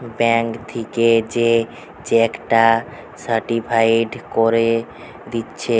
bank থিকে যে cheque টা সার্টিফায়েড কোরে দিচ্ছে